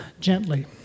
gently